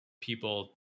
people